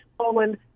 Poland